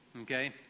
Okay